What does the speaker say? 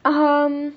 um